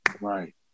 Right